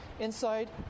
Inside